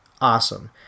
Awesome